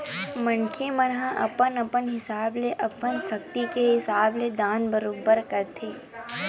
मनखे मन ह अपन अपन हिसाब ले अपन सक्ति के हिसाब ले दान बरोबर करथे